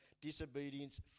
disobedience